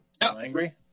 angry